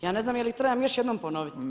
Ja ne znam je li ih trebam još jednom ponoviti.